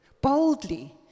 boldly